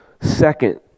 second